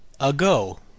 ago